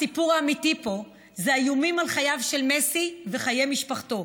הסיפור האמיתי פה זה האיומים על חייו של מסי וחיי משפחתו.